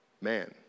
man